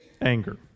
anger